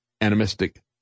animistic